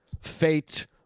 fate